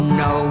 no